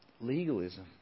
Legalism